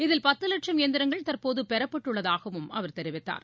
இதில் பத்துலட்சம் எந்திரங்கள் தற்போதுபெறப்பட்டுள்ளதாகவும் அவர் கூறினார்